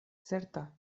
certa